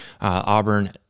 Auburn